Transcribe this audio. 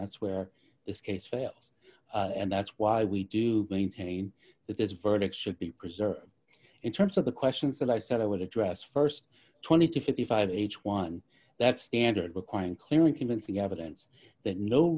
that's where this case fails and that's why we do maintain that this verdict should be preserved in terms of the questions that i said i would address st twenty to fifty five age one that's standard requiring clear and convincing evidence that no